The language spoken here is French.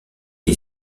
est